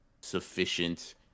sufficient